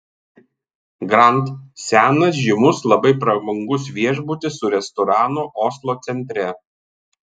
grand senas žymus labai prabangus viešbutis su restoranu oslo centre